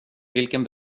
vilken